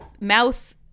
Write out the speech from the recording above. mouth